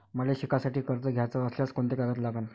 मले शिकासाठी कर्ज घ्याचं असल्यास कोंते कागद लागन?